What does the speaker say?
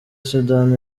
sudan